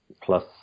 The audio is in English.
plus